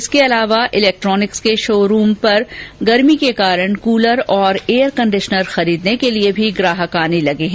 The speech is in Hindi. इनके अलावा इलेक्ट्रॉनिक्स के शोरूम पर गर्मी के कारण कूलर और एयर कंडीशन खरीदने के लिए भी ग्राहक आने लगे हैं